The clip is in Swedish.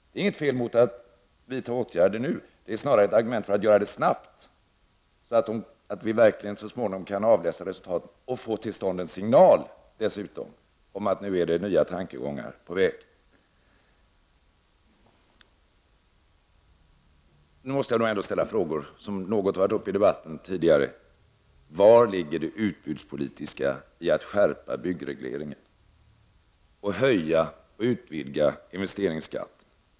Det är inte något fel att vidta åtgärder nu, utan det är snarare ett argument för att göra det snabbt, så att vi verkligen så småningom kan avläsa resultat och dessutom får till stånd en signal om att nya tankegångar nu är på väg. Jag måste ställa några frågor som har varit uppe i debatten tidigare. Var ligger det utbudspolitiska i att skärpa byggregleringen och höja och utvidga investeringsskatten?